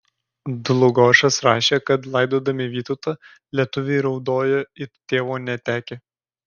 dlugošas rašė kad laidodami vytautą lietuviai raudojo it tėvo netekę